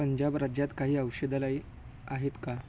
पंजाब राज्यात काही औषधालय आहेत का